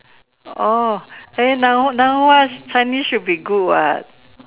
oh then now now what Chinese should be good what